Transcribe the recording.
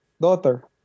daughter